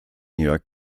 jörg